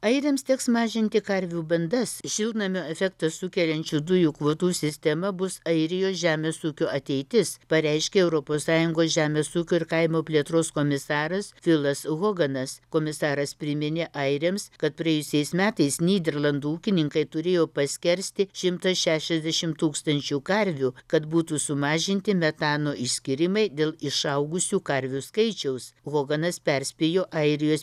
airiams teks mažinti karvių bandas šiltnamio efektą sukeliančių dujų kvotų sistema bus airijos žemės ūkio ateitis pareiškė europos sąjungos žemės ūkio ir kaimo plėtros komisaras filas hoganas komisaras priminė airiams kad praėjusiais metais nyderlandų ūkininkai turėjo paskersti šimtą šešiasdešimt tūkstančių karvių kad būtų sumažinti metano išskyrimai dėl išaugusių karvių skaičiaus hoganas perspėjo airijos